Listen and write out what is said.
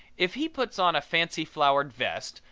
if he puts on a fancy-flowered vest,